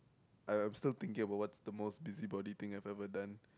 I'm still thinking about what's the most busybody thing I've ever done